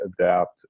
adapt